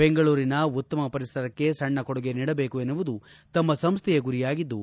ಬೆಂಗಳೂರಿನ ಉತ್ತಮ ಪರಿಸರಕ್ಕೆ ಸಣ್ಣ ಕೊಡುಗೆ ನೀಡಬೇಕು ಎನ್ನುವುದು ತಮ್ಮ ಸಂಸ್ಥೆಯ ಗುರಿಯಾಗಿದ್ದು